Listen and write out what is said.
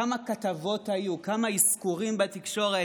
כמה כתבות היו, כמה אזכורים בתקשורת.